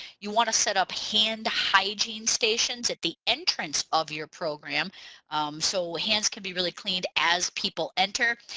you want to set up hand hygiene stations at the entrance of your program so hands can be really cleaned as people enter.